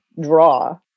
draw